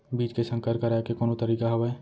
बीज के संकर कराय के कोनो तरीका हावय?